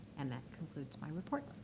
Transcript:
and that concludes my report.